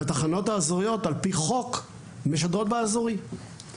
והתחנות האזוריות על פי חוק, משדרות באזורי.